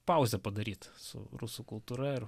pauzę padaryt su rusų kultūra